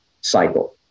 cycle